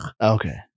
Okay